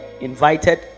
invited